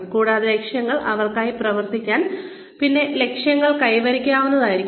കൂടാതെ ലക്ഷ്യങ്ങൾ അവർക്കായി പ്രവർത്തിക്കാൻ പിന്നെ ലക്ഷ്യങ്ങൾ കൈവരിക്കാവുന്നതായിരിക്കണം